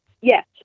Yes